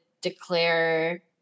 declare